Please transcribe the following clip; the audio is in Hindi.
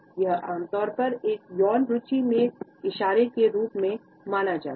यह आमतौर पर एक यौन रुचि के इशारे के रूप में माना जाता है